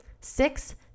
six